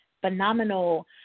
phenomenal